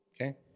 okay